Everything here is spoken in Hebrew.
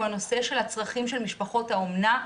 הוא הנושא של הצרכים של משפחות האומנה,